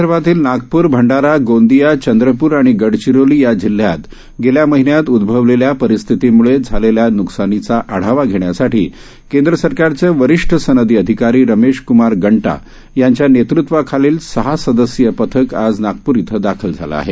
पूर्व विदर्भातील नागपूर भंडारा गोंदीया चंद्रपूर आणि गडचिरोली या जिल्ह्यात गेल्या महिन्यात उदभवलेल्या पूरस्थितीमुळे झालेल्या न्कसानीचा आढावा घेण्यासाठी केंद्र सरकारे वरीष्ठ संनदी अधिकारी रमेश कुमार गंटा यांच्या नेतृत्वातील सहा सदस्यीय पथक आज नागप्र इथं दाखल झालं आहे